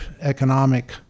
economic